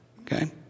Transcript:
Okay